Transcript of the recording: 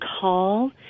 call